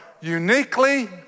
uniquely